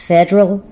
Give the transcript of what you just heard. Federal